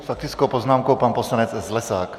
S faktickou poznámkou pan poslanec Zlesák.